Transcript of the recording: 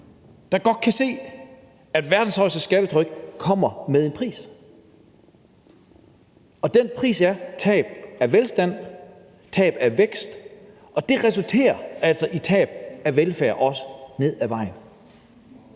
der godt kan se, at verdens højeste skattetryk kommer med en pris, og den pris er tab af velstand, tab af vækst, og det resulterer altså også i tab af velfærd ned ad vejen.